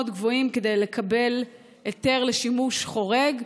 גבוהים כדי לקבל היתר לשימוש חורג,